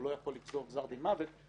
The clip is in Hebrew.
הוא לא יכול לגזור גזר דין מוות.